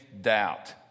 doubt